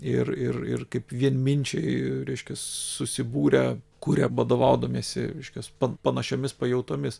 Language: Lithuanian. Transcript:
ir ir ir kaip vienminčiai reiškias susibūrę kuria vadovaudamiesi reiškias panašiomis pajautomis